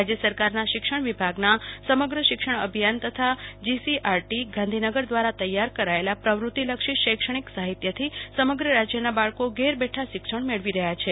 રાજય સરકારના શિક્ષણ વિભાગના સમગ્ર શિક્ષણ અભિયાન તથા જીસીઆરટી ગાંધીનગર દ્વારા તૈયાર કરાએલા પ્રવૃતિલક્ષી શૈક્ષણિક સાહિત્યથી સમગ્ર રાજયના બાળકો ઘેર બેઠાં શિક્ષણ મેળવી રહ્યા છે